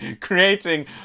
creating